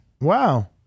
Wow